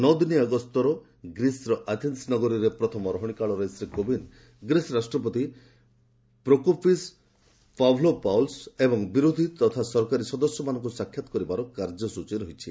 ନ' ଦିନିଆ ଗସ୍ତର ଗ୍ରୀସ୍ର ଆଥେନ୍ ନଗରୀରେ ପ୍ରଥମ ରହଣି କାଳରେ ଶ୍ରୀ କୋବିନ୍ଦ ଗ୍ରୀସ୍ ରାଷ୍ଟ୍ରପତି ପ୍ରୋକୋପିସ୍ ପାଭ୍ଲୋପାଓଲସ୍ ଏବଂ ବିରୋଧୀ ତଥା ସରକାରୀ ସଦସ୍ୟମାନଙ୍କୁ ସାକ୍ଷାତ କରିବାର କାର୍ଯ୍ୟ ସ୍ଟଚୀ ରହିଛି